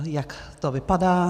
Jak to vypadá?